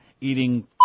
eating